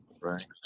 Right